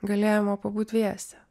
galėjome pabūt dviese